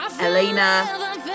Elena